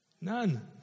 None